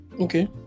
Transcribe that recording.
okay